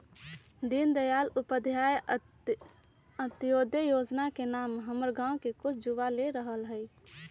दीनदयाल उपाध्याय अंत्योदय जोजना के नाम हमर गांव के कुछ जुवा ले रहल हइ